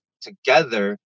together